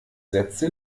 sätze